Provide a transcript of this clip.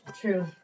true